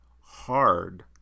hard